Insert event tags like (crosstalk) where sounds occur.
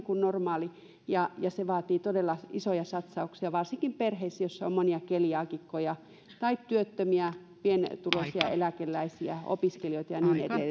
(unintelligible) kuin normaali ja ja se vaatii todella isoja satsauksia varsinkin perheissä joissa on monia keliaakikkoja tai työttömiä pienituloisia eläkeläisiä opiskelijoita ja